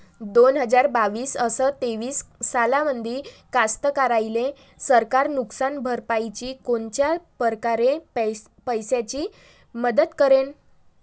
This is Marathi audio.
दोन हजार बावीस अस तेवीस सालामंदी कास्तकाराइले सरकार नुकसान भरपाईची कोनच्या परकारे पैशाची मदत करेन?